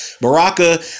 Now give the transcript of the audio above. Baraka